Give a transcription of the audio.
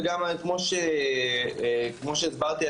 וכמו שהסברתי,